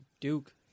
Duke